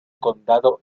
condado